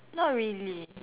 not really